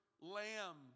lamb